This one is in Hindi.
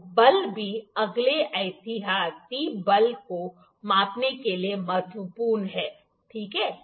तो बल भी अगले एहतियाती बल को मापने के लिए महत्वपूर्ण है ठीक है